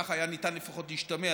כך לפחות השתמע.